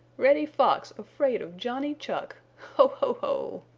reddy fox afraid of johnny chuck! ho! ho! ho!